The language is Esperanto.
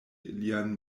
lian